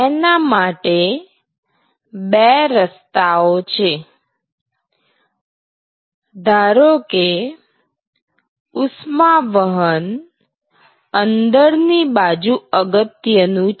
એના માટે બે રસ્તાઓ છે ધારોકે ઉષ્માવહન અંદરની બાજુ અગત્યનું છે